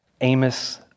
Amos